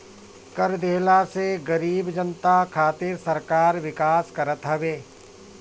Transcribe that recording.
कर देहला से गरीब जनता खातिर सरकार विकास करत हवे